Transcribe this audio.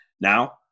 Now